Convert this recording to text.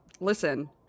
listen